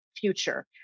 future